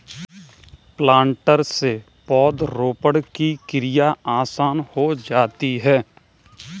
planter से पौधरोपण की क्रिया आसान हो जाती है